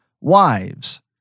Wives